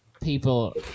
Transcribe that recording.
people